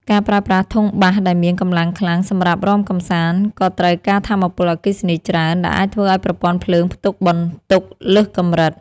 ការប្រើប្រាស់ធុងបាសដែលមានកម្លាំងខ្លាំងសម្រាប់រាំកម្សាន្តក៏ត្រូវការថាមពលអគ្គិសនីច្រើន ដែលអាចធ្វើឱ្យប្រព័ន្ធភ្លើងផ្ទុកបន្ទុកលើសកម្រិត។